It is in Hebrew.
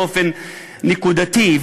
באופן נקודתי,